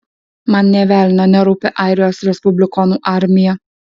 man nė velnio nerūpi airijos respublikonų armija